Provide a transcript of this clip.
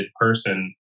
person